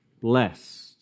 blessed